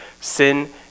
sin